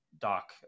doc